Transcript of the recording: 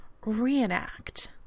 reenact